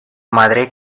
madre